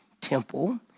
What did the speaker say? temple